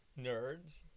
Nerds